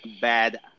bad